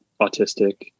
autistic